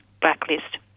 blacklist